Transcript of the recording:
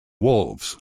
wolves